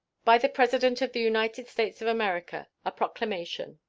by the president of the united states of america. a proclamation.